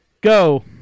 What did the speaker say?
go